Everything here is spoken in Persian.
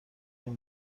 این